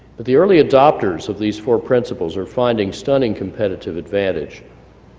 but the only adopters of these four principles are finding stunning competitive advantage.